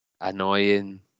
annoying